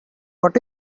what